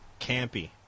campy